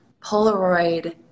Polaroid